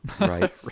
right